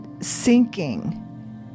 sinking